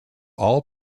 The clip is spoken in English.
all